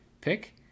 pick